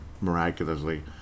Miraculously